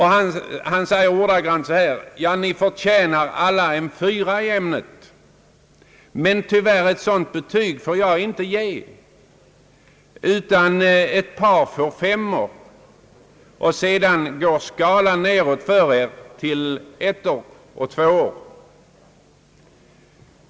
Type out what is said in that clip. Han tillade ordagrant: »Ni förtjänar alla en 4:a i ämnet, men tyvärr får jag inte ge ett sådant betyg, utan ett par får 5:or, och sedan går skalan nedåt till 2:or och 1:or.